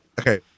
okay